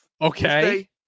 Okay